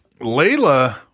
layla